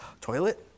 toilet